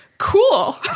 cool